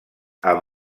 amb